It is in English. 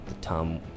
Tom